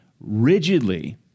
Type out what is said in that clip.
rigidly